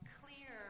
clear